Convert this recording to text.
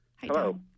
Hello